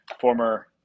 former